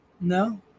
No